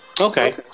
Okay